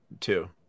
Two